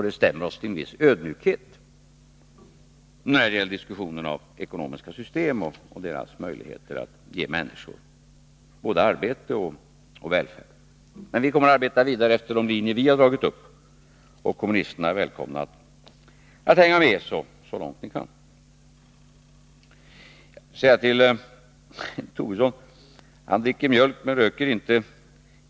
Det stämmer oss till en viss ödmjukhet när det gäller diskussionerna om ekonomiska system och deras möjligheter att ge människor arbete och välfärd. Vi kommer att arbeta vidare efter de linjer vi har dragit upp, och kommunisterna är välkomna att hänga med så långt de kan. Lars Tobisson dricker mjölk men röker inte.